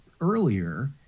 earlier